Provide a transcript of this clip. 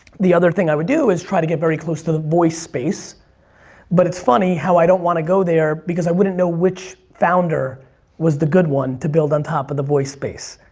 the other thing i would do try to get very close to the voice space but it's funny how i don't wanna go there because i wouldn't know which founder was the good one to build on top of the voice space.